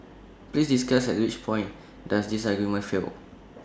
please discuss at which point does this argument fail